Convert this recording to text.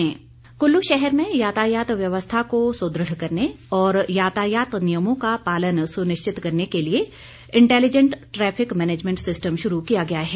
गौरव सिंह कुल्लू शहर में यातायात व्यवस्था को सुदृढ़ करने व यातायात नियमों का पालन सुनिश्चित करने के लिऐ इंटेलिजेंट ट्रैफिक मैनेजमेंट सिस्टम शुरू किया गया है